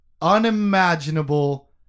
unimaginable